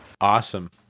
Awesome